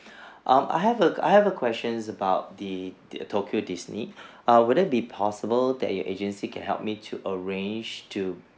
um I have a I have a questions about the th~ tokyo disney err wouldn't be possible that you agency can help me to arrange to